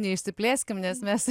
neišsiplėskim nes mes